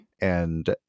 And-